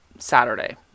Saturday